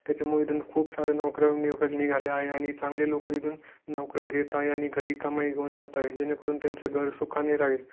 त्याच्यामुळे इथं खूप साऱ्या नौकऱ्या निघाल्या आहे आणि चांगले लोक इथून नौकऱ्या घेत आहे आणि घरी कमाई घेऊन जात आहे जेणेकरून त्यांचं घर सुखाने राहील